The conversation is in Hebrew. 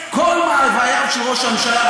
בתפירת עילית את כל מאווייו של ראש הממשלה,